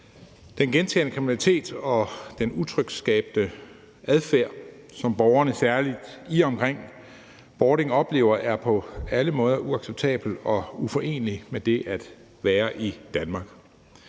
Den gentagne kriminalitet og den utryghedsskabende adfærd, som borgerne særlig i og omkring Bording oplever, er på alle måder uacceptabel og uforenelig med det at være i Danmark.